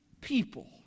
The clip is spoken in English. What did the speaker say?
people